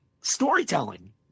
storytelling